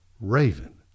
raven